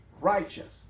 righteous